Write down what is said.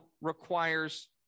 requires